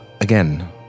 again